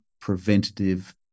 preventative